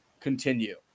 continue